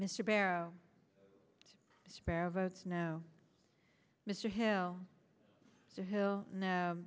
mr barrow sparrow votes no mr hill to hill no